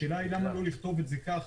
השאלה היא למה לא לכתוב את זה ככה.